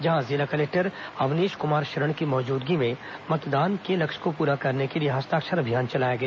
जहां जिला कलेक्टर अवनीश कुमार शरण की मौजूदगी में मतदान के लक्ष्य को पूरा करने के लिए हस्ताक्षर अभियान चलाया गया